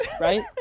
Right